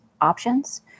options